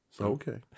Okay